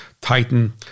titan